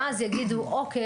ואז יגידו אוקי,